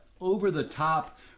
over-the-top